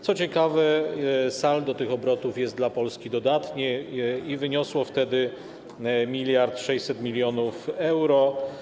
Co ciekawe, saldo tych obrotów jest dla Polski dodatnie i wyniosło wtedy 1600 mln euro.